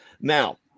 Now